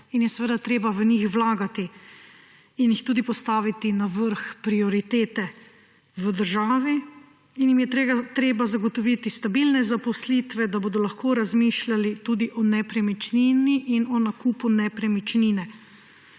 in je seveda treba v njih vlagati in jih tudi postaviti na vrh prioritete v državi. Treba jim je zagotoviti stabilne zaposlitve, da bodo lahko razmišljali tudi o nepremičnini in o nakupu nepremičnine.